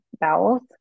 bowels